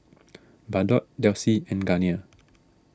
Bardot Delsey and Garnier